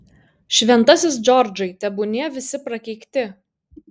šventasis džordžai tebūnie visi prakeikti